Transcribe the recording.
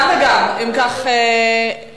גם על ההצעות הללו ישיב השר מרגי.